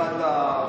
ואחד לארכיון.